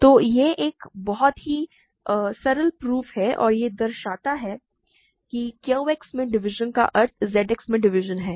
तो यह एक बहुत ही सरल प्रूफ है और यह दर्शाता है कि Q X में डिवीज़न का अर्थ Z X में डिवीज़न है